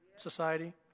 society